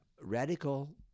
radical